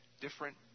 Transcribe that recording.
different